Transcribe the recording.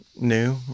new